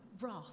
wrath